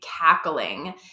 cackling